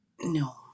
No